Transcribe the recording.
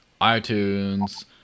iTunes